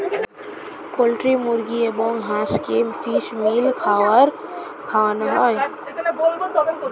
poultry মুরগি এবং হাঁসকে ফিশ মিল খাবার খাওয়ানো হয়